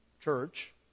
church